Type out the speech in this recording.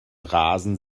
rasen